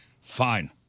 Fine